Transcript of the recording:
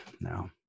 no